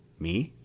me?